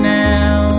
now